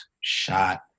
shot